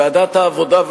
ועדת העבודה,